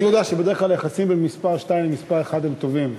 אני יודע שבדרך כלל היחסים בין מספר שתיים למספר אחת הם טובים.